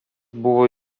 buvo